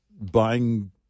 buying